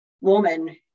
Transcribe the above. woman